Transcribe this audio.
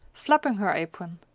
flapping her apron.